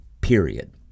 Period